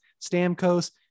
Stamkos